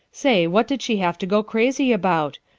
say, what did she have to go crazy about?